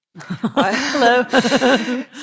Hello